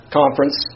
conference